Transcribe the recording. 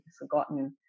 forgotten